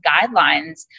guidelines